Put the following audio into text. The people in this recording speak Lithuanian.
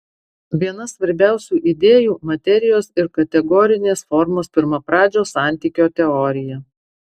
viena svarbiausių idėjų materijos ir kategorinės formos pirmapradžio santykio teorija